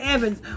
Evans